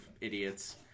idiots